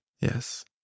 yes